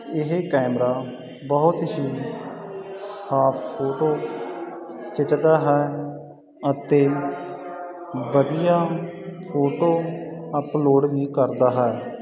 ਇਹ ਕੈਮਰਾ ਬਹੁਤ ਹੀ ਸਾਫ਼ ਫੋਟੋ ਖਿੱਚਦਾ ਹੈ ਅਤੇ ਵਧੀਆ ਫੋਟੋ ਅਪਲੋਡ ਵੀ ਕਰਦਾ ਹੈ